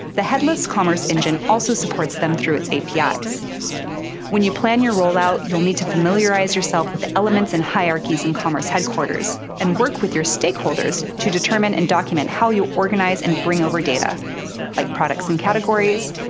the headless commerce engine also supports them through its apis. when you plan your rollout, you'll need to familiarize yourself with the elements and hierarchies in commerce headquarters and work with your stakeholders to determine and document how you organize and bring over data like products and categories,